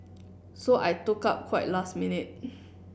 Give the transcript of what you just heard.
so I took up quite last minute